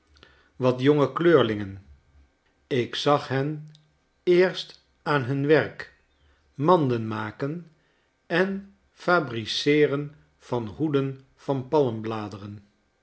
wat jonge kleurlingen ik zag hen eerst aan hun werk mandenmaken en fabriceeren van hoeden van